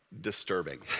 disturbing